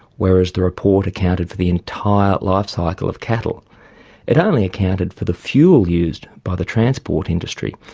whereas the report accounted for the entire lifecycle of cattle it only accounted for the fuel used by the transport industry,